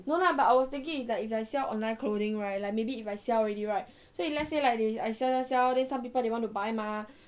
no lah but I was thinking is like if I sell online clothing right like maybe if I sell already right so if let's say I sell sell sell then some people they want to buy mah